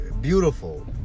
beautiful